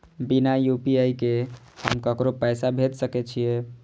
बिना यू.पी.आई के हम ककरो पैसा भेज सके छिए?